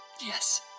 Yes